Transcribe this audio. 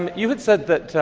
and you had said that